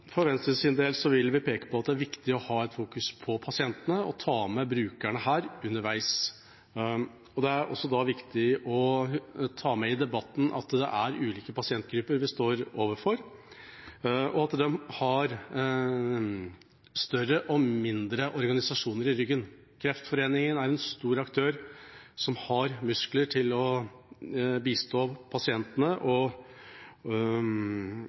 For Venstre sin del vil vi peke på at det er viktig å ha fokus på pasientene og ta med brukerne her underveis. Det er også da viktig å ta med i debatten at det er ulike pasientgrupper vi står overfor, og at de har større og mindre organisasjoner i ryggen. Kreftforeningen er en stor aktør, som har muskler til å bistå pasientene og